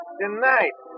tonight